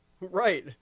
Right